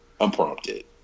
unprompted